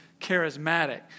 charismatic